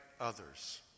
others